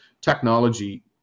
technology